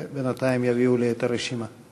בינתיים יביאו לי את הרשימה.